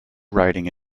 writing